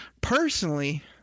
personally